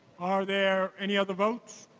are there any other votes?